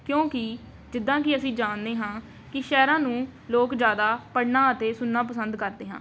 ਕਿਉਂਕਿ ਜਿੱਦਾਂ ਕਿ ਅਸੀਂ ਜਾਣਦੇ ਹਾਂ ਕਿ ਸ਼ਹਿਰਾਂ ਨੂੰ ਲੋਕ ਜ਼ਿਆਦਾ ਪੜ੍ਹਨਾ ਅਤੇ ਸੁਣਨਾ ਪਸੰਦ ਕਰਦੇ ਹਾਂ